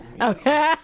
Okay